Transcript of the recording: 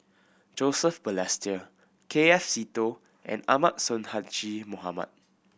Joseph Balestier K F Seetoh and Ahmad Sonhadji Mohamad